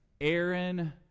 Aaron